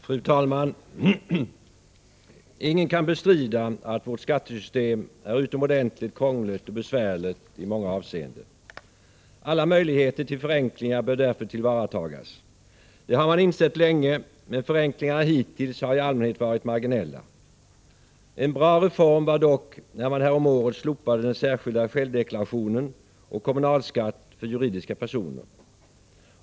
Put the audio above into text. Fru talman! Ingen kan bestrida att vårt skattesystem i många avseenden är utomordentligt krångligt och besvärligt. Alla möjligheter till förenkling bör därför tillvaratagas. Det har man insett länge, men förenklingarna hittills har i allmänhet varit marginella. En bra reform var dock när man häromåret slopade den särskilda självdeklarationen och kommunalskatt för juridiska personer.